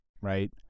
Right